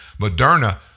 Moderna